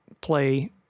play